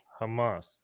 Hamas